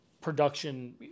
production